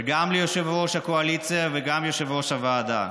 וגם ליושב-ראש הקואליציה וגם ליושב-ראש הוועדה: